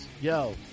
yo